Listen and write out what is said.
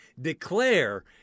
declare